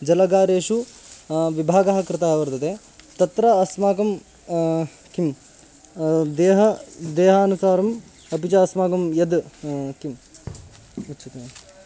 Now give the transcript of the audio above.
जलागारेषु विभागः कृतः वर्तते तत्र अस्माकं किं देहः देहानुसारम् अपि च अस्माकं यद् किम् उच्यते